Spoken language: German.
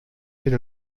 viele